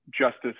justice